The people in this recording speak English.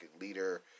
leader